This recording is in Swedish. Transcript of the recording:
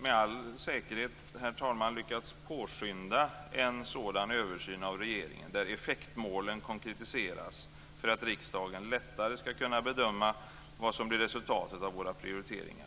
med all säkerhet, herr talman, lyckats påskynda en sådan översyn av regeringen där effektmålen konkretiseras, för att riksdagen lättare ska kunna bedöma vad som blir resultatet av våra prioriteringar.